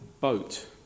boat